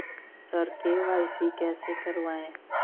sir KYC कैसे करवाएं